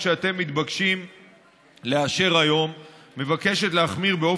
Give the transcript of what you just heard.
אני מתלבט אם להמשיך את הנאום הקודם או להתחיל מייד